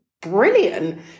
brilliant